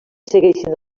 segueixen